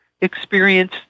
experience